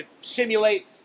simulate